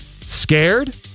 scared